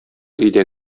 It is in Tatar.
өйдә